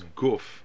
goof